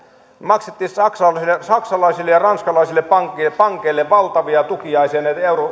maksettiin saksalaisille saksalaisille ja ranskalaisille pankeille pankeille valtavia tukiaisia